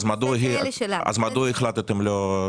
אז מדוע החלטתם לא...